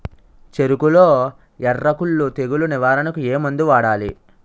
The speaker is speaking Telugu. చెఱకులో ఎర్రకుళ్ళు తెగులు నివారణకు ఏ మందు వాడాలి?